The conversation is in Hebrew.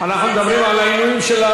אנחנו מדברים על העינויים של,